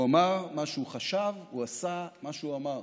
הוא אמר מה שהוא חשב, הוא עשה מה שהוא אמר.